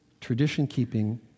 tradition-keeping